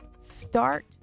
Start